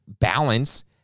balance